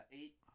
eight